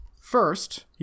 first